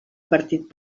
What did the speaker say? partit